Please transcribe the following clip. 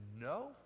no